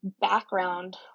background